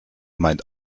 meint